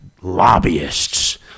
lobbyists